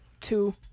two